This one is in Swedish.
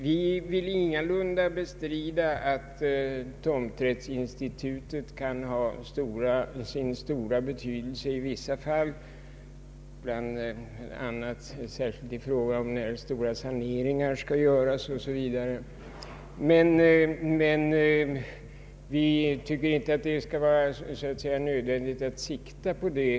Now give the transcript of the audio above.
Vi vill ingalunda bestrida att tomträttsinstitutet kan ha stor betydelse i vissa fall, särskilt när stora saneringar skall göras, men vi tycker inte att det skall vara nödvändigt att sikta på det.